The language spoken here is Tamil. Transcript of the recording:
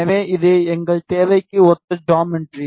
எனவே இது எங்கள் தேவைக்கு ஒத்த ஜாமெட்ரி